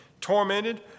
tormented